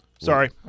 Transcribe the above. Sorry